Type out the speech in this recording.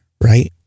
right